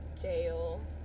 jail